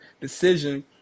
decision